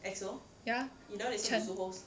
ya